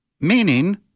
Meaning